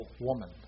woman